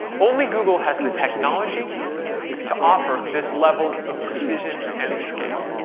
only google has the technology to offer this level of precision and scale.